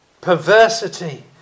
Perversity